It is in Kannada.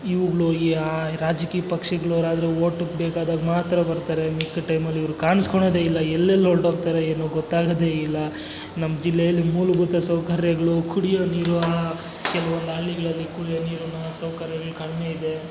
ಇವುಗ್ಳು ಈ ಯಾ ರಾಜಕೀಯ ಪಕ್ಷಗಳು ಯಾರಾದರೂ ವೋಟಿಗೆ ಬೇಕಾದಾಗ ಮಾತ್ರ ಬರ್ತಾರೆ ಮಿಕ್ಕಿದ ಟೈಮಲ್ಲಿ ಇವರು ಕಾಣ್ಸ್ಕೊಣೋದೇ ಇಲ್ಲ ಎಲ್ಲೆಲ್ಲಿ ಹೊರ್ಟೋಗ್ತಾರೆ ಏನು ಗೊತ್ತಾಗದೇ ಇಲ್ಲ ನಮ್ಮ ಜಿಲ್ಲೆಯಲ್ಲಿ ಮೂಲಭೂತ ಸೌಕರ್ಯಗಳು ಕುಡಿಯೋ ನೀರು ಕೆಲವೊಂದು ಹಳ್ಳಿಗಳಲ್ಲಿ ಕುಡಿಯೋ ನೀರನ್ನು ಸೌಕರ್ಯಗಳು ಕಡಿಮೆ ಇದೆ